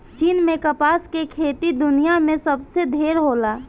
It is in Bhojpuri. चीन में कपास के खेती दुनिया में सबसे ढेर होला